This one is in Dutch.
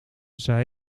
zij